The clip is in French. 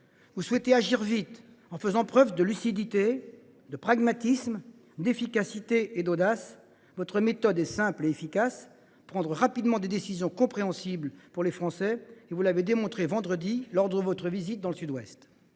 Vous souhaitez agir vite en faisant preuve de lucidité, de pragmatisme, d’efficacité et d’audace. Votre méthode est simple : prendre rapidement des décisions compréhensibles par les Français. Vous l’avez démontré, ce vendredi, lors de votre visite dans le Sud Ouest.